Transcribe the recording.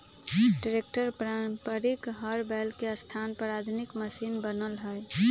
tractor पारम्परिक हर बैल के स्थान पर आधुनिक मशिन बनल हई